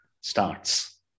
starts